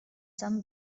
some